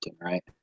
right